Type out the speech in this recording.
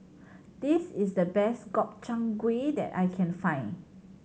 this is the best Gobchang Gui that I can find